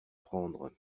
prendre